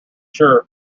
sure